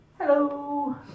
Hello